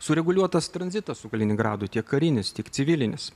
sureguliuotas tranzitas su kaliningradu tiek karinis tiek civilinis